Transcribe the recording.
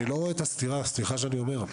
אני לא רואה את הסתירה, סליחה שאני אומר.